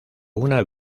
una